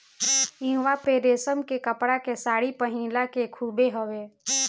इहवां पे रेशम के कपड़ा के सारी पहिनला के खूबे हवे